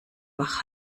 wach